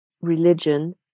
religion